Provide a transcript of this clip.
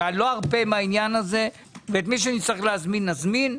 לא ארפה מהעניין ואת מי שצריך להזמין, נזמין.